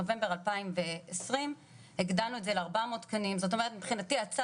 נובמבר 2020 הגדלנו את זה ל-400 תקנים.